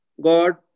God